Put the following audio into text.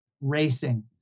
racing